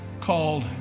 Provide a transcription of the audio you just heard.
called